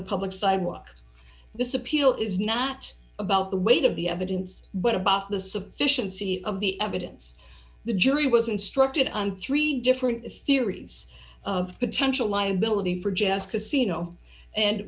the public sidewalk this appeal is not about the weight of the evidence but about the sufficiency of the evidence the jury was instructed on three different theories of potential liability for jazz casino and